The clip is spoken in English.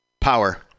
Power